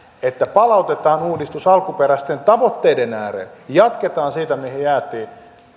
että palautetaan uudistus alkuperäisten tavoitteiden ääreen jatketaan siitä mihin jäätiin